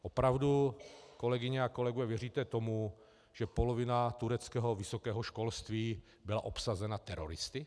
Opravdu, kolegyně a kolegové, věříte tomu, že polovina tureckého vysokého školství byla obsazena teroristy?